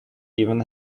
even